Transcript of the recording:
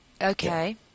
Okay